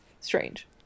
strange